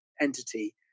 entity